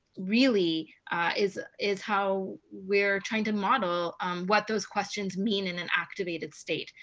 really is is how we're trying to model what those questions mean in an activated state.